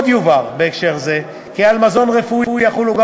עוד יובהר בהקשר זה כי על מזון רפואי יחולו גם